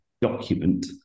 document